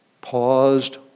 paused